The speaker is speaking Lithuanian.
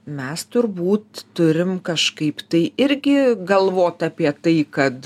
mes turbūt turim kažkaip tai irgi galvot apie tai kad